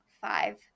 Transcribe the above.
five